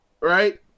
right